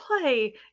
play